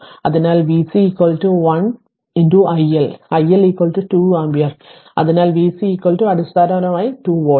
അതിനാൽ v C 1 i L i L 2 ampere അതിനാൽ v C അടിസ്ഥാനപരമായി 2 വോൾട്ട്